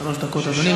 שלוש דקות, אדוני.